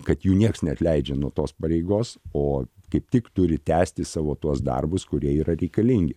kad jų nieks neatleidžia nuo tos pareigos o kaip tik turi tęsti savo tuos darbus kurie yra reikalingi